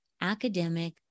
academic